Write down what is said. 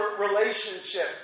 relationship